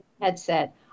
Headset